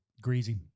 Greasy